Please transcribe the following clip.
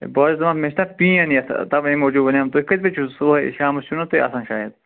A بہٕ حظ چھُس دَپان مےٚ چھِنہ پین یَتھ تَوَے موجوٗب وَنییَم تُہۍ کٔژِ بَجہِ چھُو صُبحٲے شامَس چھُو نا تُہۍ آسان شایَد